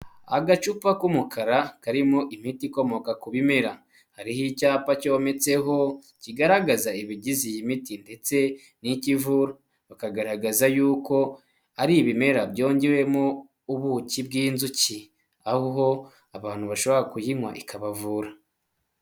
Agacupa k'umukara karimo imiti ikomoka ku bimera, hariho icyapa cyometseho kigaragaza ibigize iyi miti, ndetse nicyo ivura bakagaragaza yuko ari ibimera byongewemo ubuki bw'inzuki, aho ho abantu bashobora kuyinywa ikabavura.